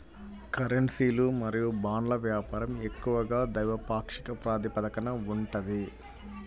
కరెన్సీలు మరియు బాండ్ల వ్యాపారం ఎక్కువగా ద్వైపాక్షిక ప్రాతిపదికన ఉంటది